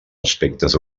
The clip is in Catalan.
aspectes